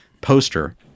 poster